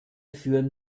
führen